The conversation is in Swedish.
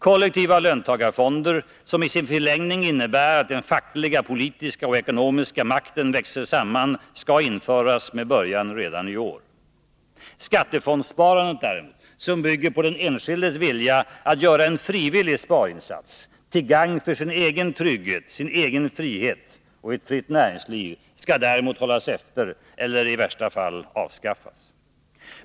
Kollektiva löntagarfonder, som i sin förlängning innebär att den fackliga, politiska och ekonomiska makten växer samman, skall införas med början redan i år. Skattefondssparandet — som bygger på den enskildes vilja att göra en frivillig sparinsats till gagn för sin egen trygghet och sin egen frihet — och ett fritt näringsliv skall däremot hållas efter eller i värsta fall avskaffas.